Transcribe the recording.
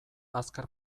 azkar